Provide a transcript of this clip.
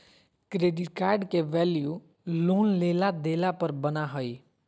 credit card के value loan लेला देला पर बना हइ